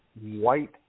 white